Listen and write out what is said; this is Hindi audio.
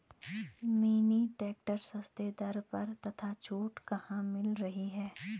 मिनी ट्रैक्टर सस्ते दर पर तथा छूट कहाँ मिल रही है?